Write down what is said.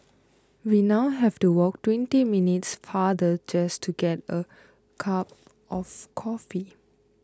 we now have to walk twenty minutes farther just to get a cup of coffee